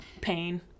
pain